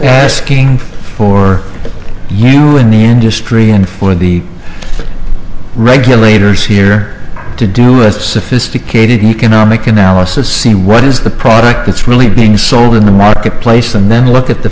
best skiing for you in the industry and for the regulators here to do a sophisticated economic analysis see what is the product that's really being sold in the marketplace and then look at the